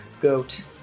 goat